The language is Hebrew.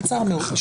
קצר מאוד.